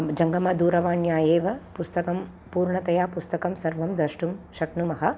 जङ्गमदूरवाण्या एव पुस्तकं पूर्णतया पुस्तकं सर्वं द्रष्टुं शक्नुमः